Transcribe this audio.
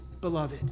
beloved